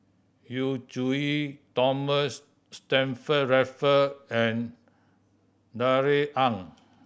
Yu Zhuye Thomas Stamford Raffle and Darrell Ang